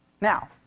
Now